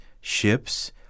ships